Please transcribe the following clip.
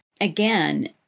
again